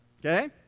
Okay